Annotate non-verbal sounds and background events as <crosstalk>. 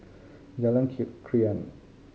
Jalan <unintelligible> Krian